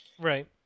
right